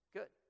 Good